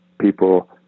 people